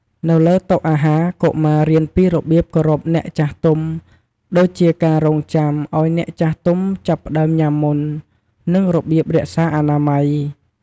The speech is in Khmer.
នៅលើតុអាហារ កុមាររៀនពីរបៀបគោរពអ្នកចាស់ទុំ ដូចជាការរង់ចាំឱ្យអ្នកចាស់ទុំចាប់ផ្តើមញ៉ាំមុន និងរបៀបរក្សាអនាម័យ។